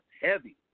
heavy